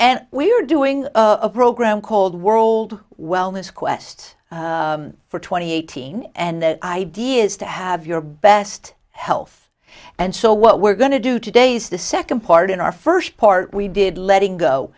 and we are doing a program called world wellness quest for twenty eight and the idea is to have your best health and so what we're going to do today is the second part in our first part we did letting go